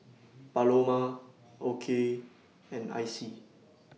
Paloma Okey and Icy